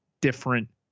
different